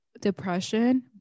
depression